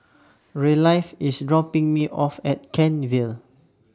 Ryleigh IS dropping Me off At Kent Vale